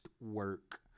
work